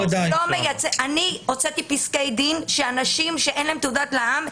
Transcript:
אני הוצאתי פסקי דין שאנשים שאין להם תעודת לע"מ,